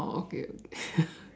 oh okay okay